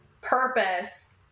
purpose